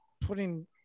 putting